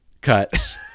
cut